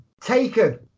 Taken